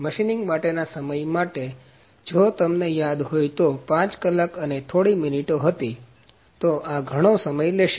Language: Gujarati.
મશીનિંગ માટેના સમય માટે જો તમને યાદ હોય તો 5 કલાક અને થોડી મિનિટો હતી તે આ ઘણો સમય લેશે